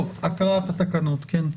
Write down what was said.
הקראת התקנות, בבקשה.